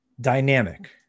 Dynamic